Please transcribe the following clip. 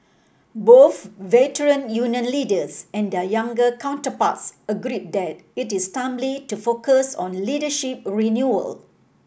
both Veteran Union leaders and their younger counterparts agreed that it is timely to focus on leadership renewal